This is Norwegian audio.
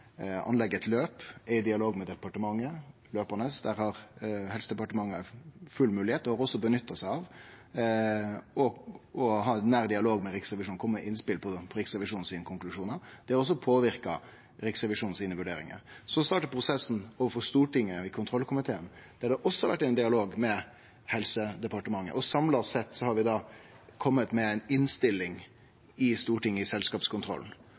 eit løp og er i dialog med departementet – løpande. Der har Helsedepartementet full moglegheit til, og har også nytta seg av, å ha nær dialog med Riksrevisjonen og kome med innspel til Riksrevisjonen sine konklusjonar. Det har også påverka Riksrevisjonen sine vurderingar. Så startar prosessen overfor Stortinget og i kontrollkomiteen, der det også har vore ein dialog med Helsedepartementet, og samla sett har vi kome med ei innstilling til Stortinget når det gjeld selskapskontroll.